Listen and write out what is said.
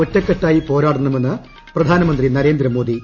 ഒറ്റക്കെട്ടായി പോരാടണമെന്ന് പ്രധാനമന്ത്രി നരേന്ദ്രമോദി